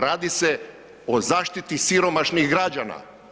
Radi se o zaštiti siromašnih građana.